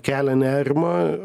kelia nerimą